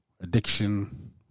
Addiction